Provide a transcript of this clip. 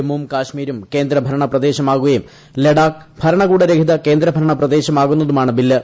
ജമ്മുവും കാശ്മീരും കേന്ദ്ര ഭരണ പ്രദേശമാകുകിയും ലഡാക്ക് ഭരണകൂടരഹിത കേന്ദ്രഭരണ പ്രദേശമാകുന്നത്തുമാണ് ബില്ല്